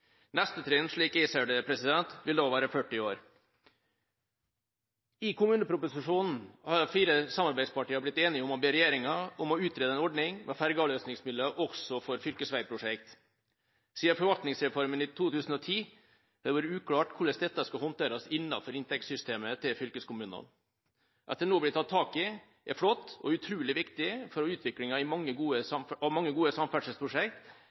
Neste trinn, slik jeg ser det, vil da være 40 år. I kommuneproposisjonen har de fire samarbeidspartiene blitt enige om å be regjeringen utrede en ordning med fergeavløsningsmidler også for fylkesveiprosjekter. Siden forvaltningsreformen i 2010 har det vært uklart hvordan dette skal håndteres innenfor inntektssystemet til fylkeskommunene. At det nå blir tatt tak i, er flott og utrolig viktig for utviklingen av mange gode